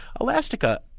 Elastica